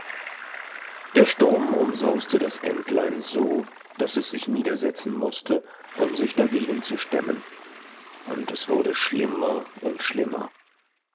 der sturm umsauste das entlein so daß es sich niedersetzen mußte um sich dagegen zu stemmen und es wurde schlimmer und schlimmer